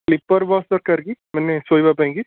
sleeper bus ଦରକାର କି ମାନେ ଶୋଇବା ପାଇଁ କି